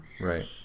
Right